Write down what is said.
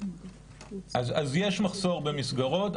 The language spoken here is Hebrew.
יש מחסור במסגרות,